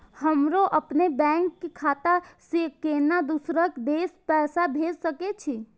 हमरो अपने बैंक खाता से केना दुसरा देश पैसा भेज सके छी?